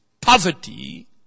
poverty